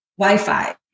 wi-fi